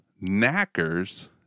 knackers